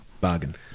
bargain